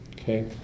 okay